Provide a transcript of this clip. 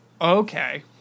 Okay